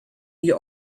you